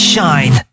Shine